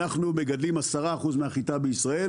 אנחנו מגדלים 10% מהחיטה בישראל,